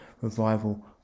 revival